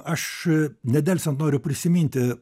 aš nedelsiant noriu prisiminti